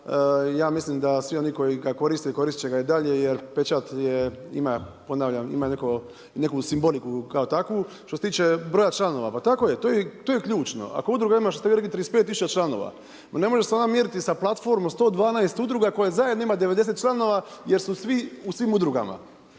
ja mislim da svi oni koji ga koriste i koristit će ga i dalje jer pečat ponavljam ima neku simboliku kao takvu. Što se tiče broja članova, pa tako je, to je ključno, ako udruga ima što ste vi rekli 35000 članova ma ne može se ona mjeriti sa platformom 112 udruga koja zajedno ima 90 članova jer su svi u svim udrugama.